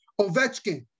Ovechkin